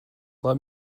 let